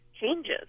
changes